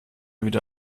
wieder